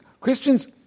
Christians